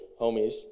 homies